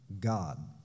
God